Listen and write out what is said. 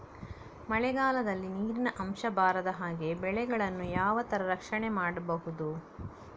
ಮಳೆಗಾಲದಲ್ಲಿ ನೀರಿನ ಅಂಶ ಬಾರದ ಹಾಗೆ ಬೆಳೆಗಳನ್ನು ಯಾವ ತರ ರಕ್ಷಣೆ ಮಾಡ್ಬಹುದು?